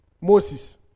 Moses